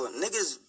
niggas